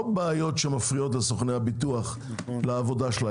לא כאלה שמפריעות לסוכני הביטוח לעבודתם